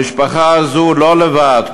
המשפחה הזו לא לבד.